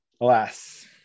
alas